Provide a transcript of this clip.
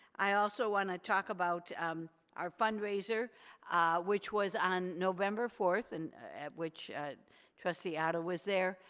i also want to talk about our fundraiser which was on november fourth, and which trustee otto was there.